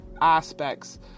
aspects